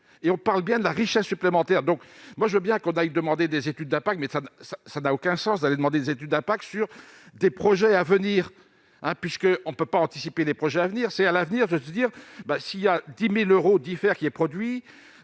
et on parle bien de la richesse supplémentaire, donc moi je veux bien qu'on aille demander des études d'impact mais ça ça ça n'a aucun sens d'allégement des études d'impact sur des projets à venir, hein, puisque on ne peut pas anticiper les projets à venir, c'est à l'avenir, je dois dire bah si il y a 10000 euros diffère qui est produit